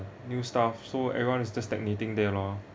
new staff so everyone is just stagnating there lor